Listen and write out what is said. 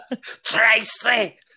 Tracy